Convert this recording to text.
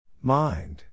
Mind